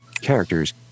Characters